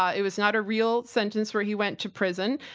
it was not a real sentence where he went to prison,